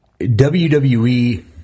WWE